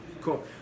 Cool